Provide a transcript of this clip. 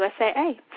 USAA